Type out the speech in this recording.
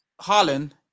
Harlan